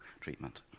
treatment